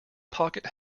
pocket